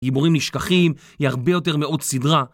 גיבורים נשכחים היא הרבה יותר מאוד סדרה